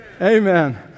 Amen